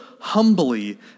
humbly